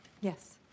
Yes